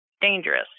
dangerous